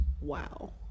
Wow